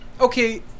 okay